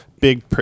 Big